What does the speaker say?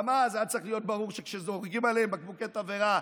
גם אז היה צריך להיות ברור שכשזורקים עליהם בקבוקי תבערה,